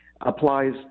applies